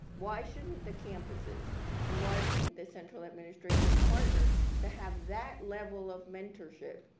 why shouldn't the campuses and why shouldn't the central administration partner to have that level of mentorship?